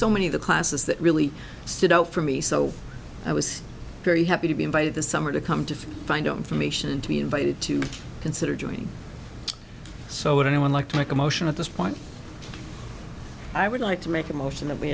so many of the classes that really stood out for me so i was very happy to be in by the summer to come to find out information and to be invited to consider doing so would anyone like to make a motion at this point i would like to make a motion that we